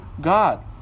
God